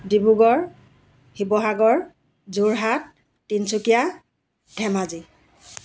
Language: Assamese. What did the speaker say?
ডিব্ৰুগড় শিৱসাগৰ যোৰহাট তিনিচুকীয়া ধেমাজি